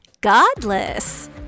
Godless